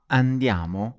andiamo